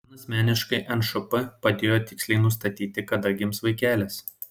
man asmeniškai nšp padėjo tiksliai nustatyti kada gims vaikelis